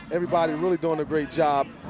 everybody really doing a great job.